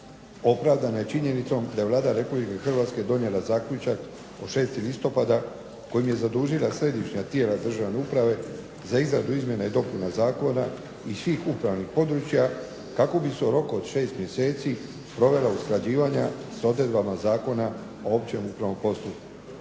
opravdana je činjenicom da je Vlada Republike Hrvatske donijela zaključak od 6. listopada kojim je zadužila središnja tijela Državne uprave za izradu izmjena i dopuna zakona iz svih upravnih područja kako bi se u roku od 6 mjeseci provela usklađivanja s odredbama Zakona o općem upravnom postupku.